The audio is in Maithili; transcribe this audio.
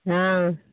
हँ